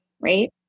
Right